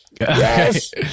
Yes